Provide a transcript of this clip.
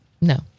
No